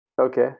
Okay